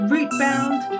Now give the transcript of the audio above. Rootbound